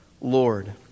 Lord